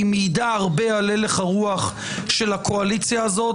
היא מעידה הרבה על הלך הרוח של הקואליציה הזאת,